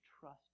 trust